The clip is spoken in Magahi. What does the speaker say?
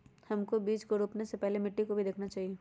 हमको बीज को रोपने से पहले मिट्टी को भी देखना चाहिए?